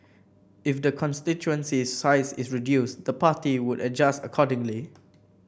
if the constituency's size is reduced the party would adjust accordingly